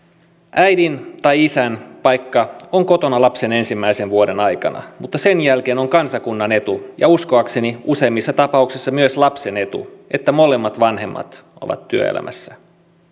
äidin tai isän paikka on kotona lapsen ensimmäisen vuoden aikana mutta sen jälkeen on kansakunnan etu ja uskoakseni useimmissa tapauksissa myös lapsen etu että molemmat vanhemmat ovat työelämässä